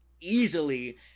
easily